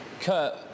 Kurt